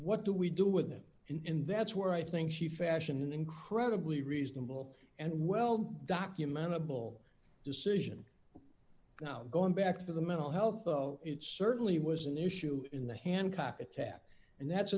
what do we do with him in that's where i think she fashion an incredibly reasonable and well documented bull decision now going back to the mental health it certainly was an issue in the hancock attack and that's